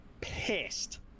pissed